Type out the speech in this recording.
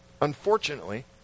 Unfortunately